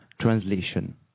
translation